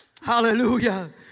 Hallelujah